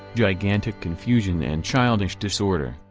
gigantic confusion and childish disorder,